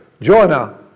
Jonah